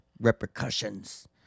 repercussions